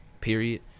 period